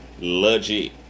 legit